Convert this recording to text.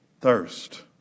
thirst